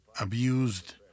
abused